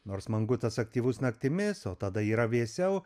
nors mangutas aktyvus naktimis o tada yra vėsiau